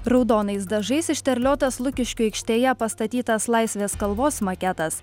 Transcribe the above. raudonais dažais išterliotas lukiškių aikštėje pastatytas laisvės kalvos maketas